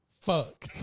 Fuck